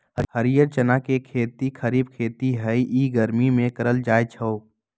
हरीयर चना के खेती खरिफ खेती हइ इ गर्मि में करल जाय छै